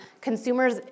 consumers